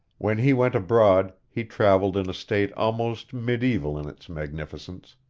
when he went abroad, he travelled in a state almost mediaeval in its magnificence